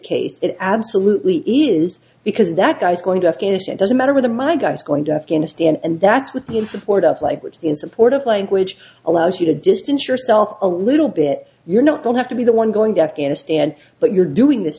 case it absolutely is because that guy's going to afghanistan doesn't matter where the my guys going to afghanistan and that's with the support of life which the in support of language allows you to distance yourself a little bit you're not going have to be the one going to afghanistan but you're doing this